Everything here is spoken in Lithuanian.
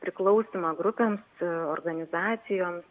priklausymą grupėms organizacijoms